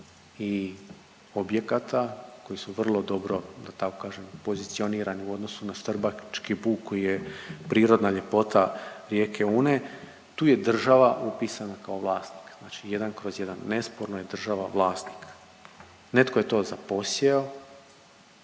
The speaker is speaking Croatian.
i objekata koji su vrlo dobro, da tako kažem pozicionirani u odnosu na Štrbački buk koji je prirodna ljepota rijeke Une. Tu je država upisana kao vlasnik znači 1 kroz 1, nesporno je država vlasnik. Netko je to zaposjeo,